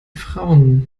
frauen